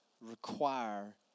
require